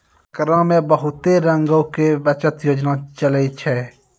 एकरा मे बहुते रंगो के बचत योजना चलै छै